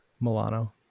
Milano